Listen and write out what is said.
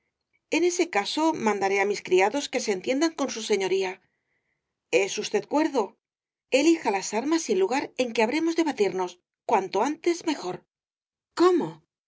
en ese caso mandaré á mis el caballero de las botas azules criados que se entiendan con su señoría es usted cuerdo elija las armas y el lugar en que habremos de batirnos cuanto antes mejor cómo